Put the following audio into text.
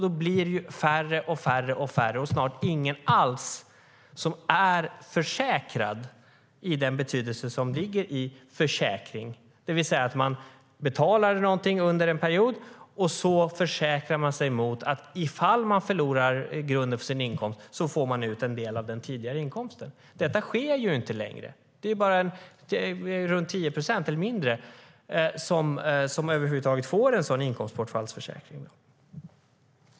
Då blir det färre och färre och snart ingen alls som är försäkrade i den betydelse som ligger i ordet försäkring, det vill säga att man betalar någonting under en period och försäkrar sig mot om man förlorar grunden för sin inkomst och får då ut en del av den tidigare inkomsten. Detta sker inte längre. Det är bara runt 10 procent eller mindre som över huvud taget får en sådan inkomstbortfallsförsäkring.